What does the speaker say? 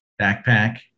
backpack